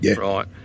Right